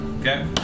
Okay